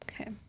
Okay